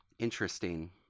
interesting